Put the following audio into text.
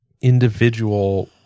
individual